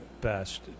best